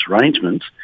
arrangements